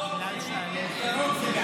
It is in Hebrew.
ירוק זה בעד.